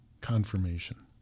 confirmation